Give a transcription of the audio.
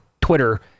Twitter